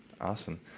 Awesome